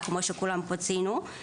כמו שכולם פה ציינו.